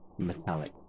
metallic